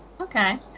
Okay